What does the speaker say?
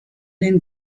den